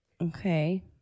Okay